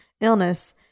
illness